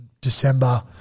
December